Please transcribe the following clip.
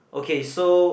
okay so